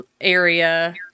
area